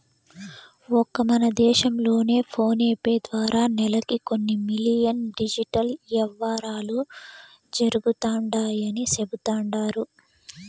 ఒక్క మన దేశం లోనే ఫోనేపే ద్వారా నెలకి కొన్ని మిలియన్ డిజిటల్ యవ్వారాలు జరుగుతండాయని సెబుతండారు